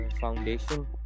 foundation